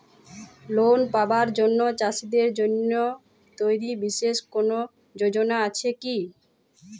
Loan পাবার জন্য চাষীদের জন্য তৈরি বিশেষ কোনো যোজনা আছে কি?